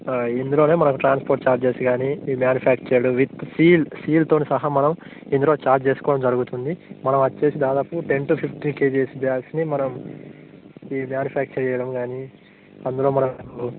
ఇందులో మనకు transport charges కానీ ఈ మ్యానుఫ్యాక్చర్డ్ విత్ సీల్ సీల్తో సహా మనం ఇందులో ఛార్జ్ చేసుకోవడం జరుగుతుంది మనం వచ్చి దాదాపు టెన్ టు ఫిఫ్టీన్ కేజెస్ బ్యాగ్స్ని మనం ఈ మ్యానుఫ్యాక్చర్ చేయడం కానీ అందులో మన